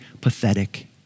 pathetic